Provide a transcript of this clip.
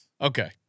Okay